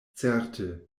certe